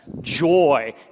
joy